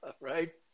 Right